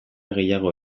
gehiago